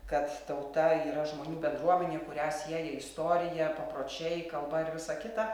kad tauta yra žmonių bendruomenė kurią sieja istorija papročiai kalba ir visa kita